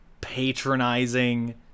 patronizing